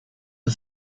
are